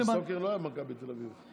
ויסוקר לא היה במכבי תל אביב.